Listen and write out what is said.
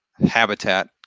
habitat